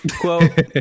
Quote